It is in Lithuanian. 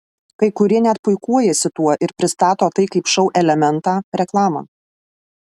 kai kurie net puikuojasi tuo ir pristato tai kaip šou elementą reklamą